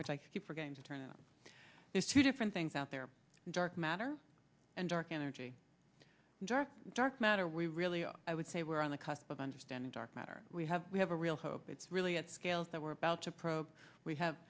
which i keep forgetting to turn out is two different things out there dark matter and dark energy and dark dark matter we really are i would say we're on the cusp of understanding dark matter we have we have a real hope it's really at the scales that we're about to produce we have